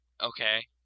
Okay